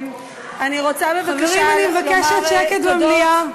אני מבקשת שקט במליאה.